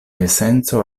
esenco